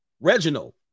Reginald